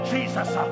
Jesus